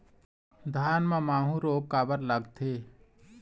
धान म माहू रोग काबर लगथे?